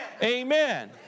Amen